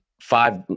five